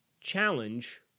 challenge